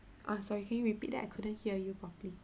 ah sorry can you repeat that I couldn't hear you properly